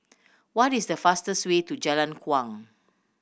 what is the fastest way to Jalan Kuang